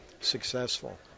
successful